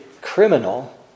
criminal